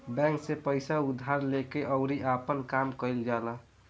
bank से पइसा उधार लेके अउरी आपन काम कईल जाला